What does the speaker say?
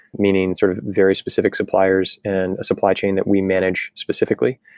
meaning sort of very specific suppliers and a supply chain that we manage specifically,